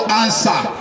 answer